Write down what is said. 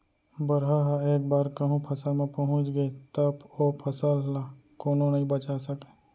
बरहा ह एक बार कहूँ फसल म पहुंच गे त ओ फसल ल कोनो नइ बचा सकय